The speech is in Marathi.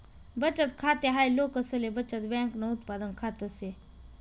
बचत खाते हाय लोकसले बचत बँकन उत्पादन खात से